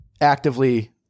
actively